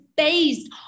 based